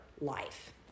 life